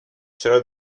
چرا